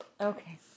Okay